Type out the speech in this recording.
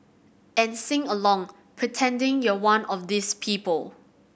and sing along pretending you're one of these people